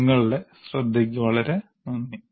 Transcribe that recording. നിങ്ങളുടെ ശ്രദ്ധയ്ക്ക് വളരെ നന്ദി